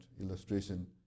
illustration